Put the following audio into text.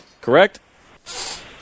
correct